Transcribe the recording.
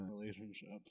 relationships